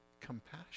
compassion